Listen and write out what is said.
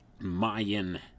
Mayan